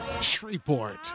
Shreveport